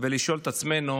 ולשאול את עצמנו: